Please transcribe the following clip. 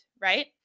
right